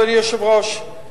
אדוני היושב-ראש,